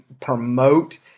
promote